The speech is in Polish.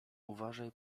uważaj